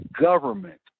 government